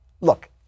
look